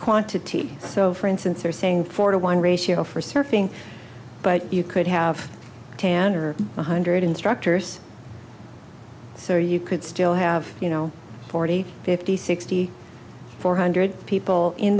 quantity so for instance are saying four to one ratio for surfing but you could have tanner one hundred instructors so you could still have you know forty fifty sixty four hundred people in